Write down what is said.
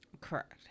Correct